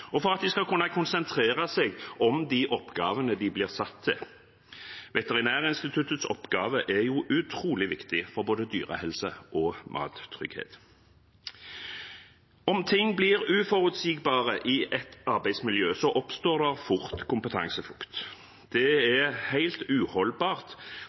og for at de skal kunne konsentrere seg om de oppgavene de blir satt til. Veterinærinstituttets oppgaver er utrolig viktige for både dyrehelse og mattrygghet. Om ting blir uforutsigbare i et arbeidsmiljø, oppstår det fort kompetanseflukt. Det